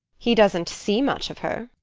he doesn't see much of her.